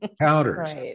counters